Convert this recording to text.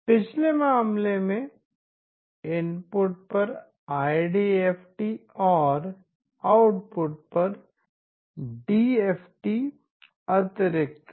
पिछले मामले से इनपुट पर आईडीएफ और आउटपुट पर डीएफटी अतिरिक्त है